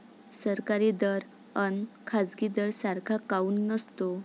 सरकारी दर अन खाजगी दर सारखा काऊन नसतो?